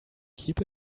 keep